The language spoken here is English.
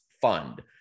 fund